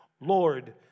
Lord